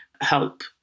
help